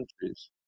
countries